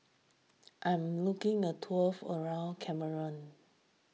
I am looking a tour for around Cameroon